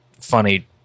funny